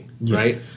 right